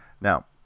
Now